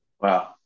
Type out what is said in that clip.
Wow